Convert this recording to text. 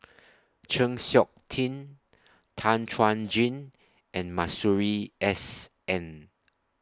Chng Seok Tin Tan Chuan Jin and Masuri S N